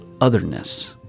otherness